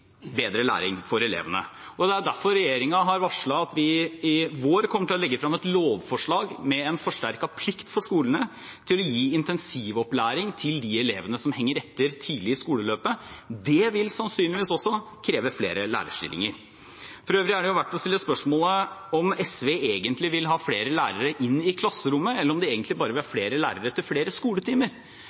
bedre læring for elevene. Det er derfor regjeringen har varslet at vi til våren kommer til å legge frem et lovforslag om en forsterket plikt for skolene til å gi intensivopplæring til de elevene som henger etter, tidlig i skoleløpet. Det vil sannsynligvis også kreve flere lærerstillinger. For øvrig er det verdt å stille spørsmålet om SV vil ha flere lærere inn i klasserommet, eller om de egentlig bare vil ha flere lærere til flere skoletimer.